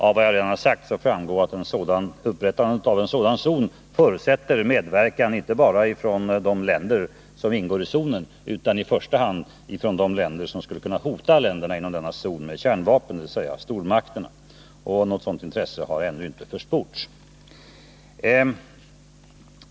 Av vad jag redan sagt framgår att upprättandet av en sådan zon förutsätter medverkan inte bara av de länder som ingår i zonen utan i första hand av de länder som skulle kunna hota staterna inom denna zon med kärnvapen, dvs. stormakterna. Och något sådant intresse har ännu inte märkts.